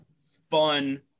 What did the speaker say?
fun